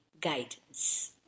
guidance